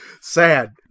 Sad